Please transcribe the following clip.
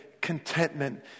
contentment